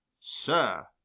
Sir